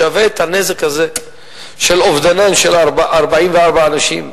שווה את הנזק הזה של אובדנם של 44 אנשים,